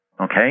Okay